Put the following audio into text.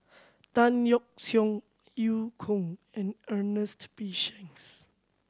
Tan Yeok Seong Eu Kong and Ernest P Shanks